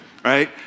Right